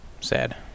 Sad